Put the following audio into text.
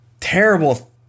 terrible